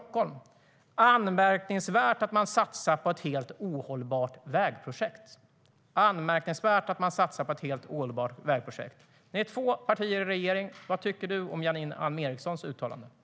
Janine Alm Ericson sa för en stund sedan så här om Förbifart Stockholm: Det är anmärkningsvärt att man satsar på ett helt ohållbart vägprojekt.